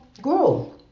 grow